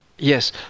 Yes